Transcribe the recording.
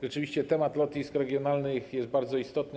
Rzeczywiście temat lotnisk regionalnych jest bardzo istotny.